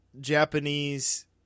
Japanese